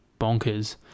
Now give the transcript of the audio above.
bonkers